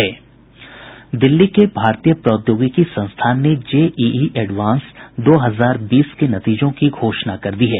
दिल्ली के भारतीय प्रौद्योगिकी संस्थान ने जेईई एडवांस्ड दो हजार बीस के नतीजों की घोषणा कर दी है